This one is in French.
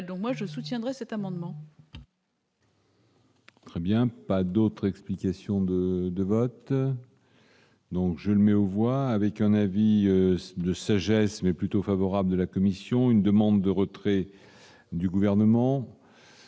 donc moi je soutiendrai cet amendement. Très bien, pas d'autres explications de de vote, donc je le mets au voix avec un avis de sagesse, mais plutôt favorable de la commission, une demande de retrait du gouvernement.